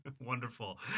Wonderful